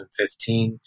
2015